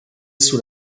sous